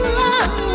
love